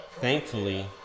thankfully